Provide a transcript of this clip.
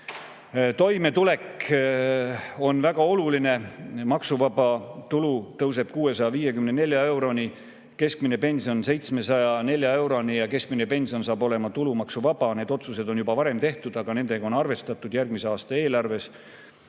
Toimetulek on väga oluline. Maksuvaba tulu tõuseb 654 euroni, keskmine pension 704 euroni ja keskmine pension saab olema tulumaksuvaba. Need otsused on juba varem tehtud, aga nendega on arvestatud järgmise aasta eelarves.